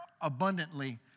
abundantly